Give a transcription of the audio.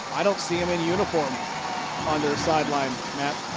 i don't see him in uniform on their sideline, matt.